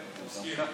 אז כן.